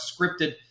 scripted